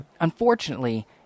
Unfortunately